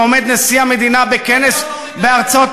ועומד נשיא המדינה בכנס בארצות-הברית,